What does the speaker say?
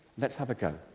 let's have a go.